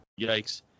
yikes